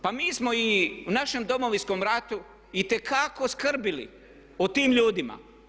Pa mi smo i u našem Domovinskom ratu itekako skrbili o tim ljudima.